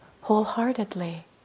wholeheartedly